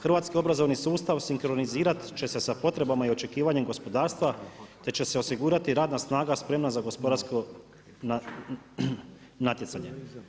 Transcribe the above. Hrvatski obrazovni sustav sinkronizirati će se sa potrebama i očekivanjem gospodarstva te će se osigurati radna snaga spremna za gospodarsko natjecanje.